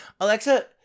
Alexa